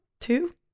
Two